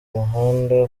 muhanda